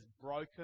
broken